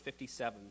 57